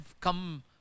come